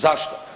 Zašto?